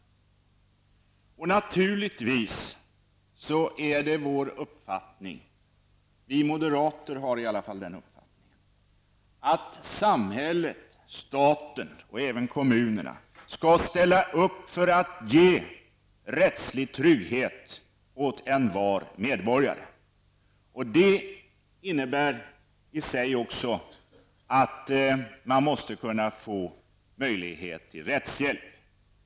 Det är naturligtvis vår uppfattning -- vi moderater har i alla fall den uppfattningen -- att samhället, staten och kommunerna skall ställa upp för att ge rättslig trygghet åt envar medborgare. Det innebär också att man måste kunna få möjlighet till rättshjälp.